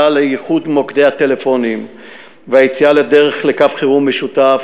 לאיחוד מוקדי הטלפונים והיציאה לדרך לקו חירום משותף,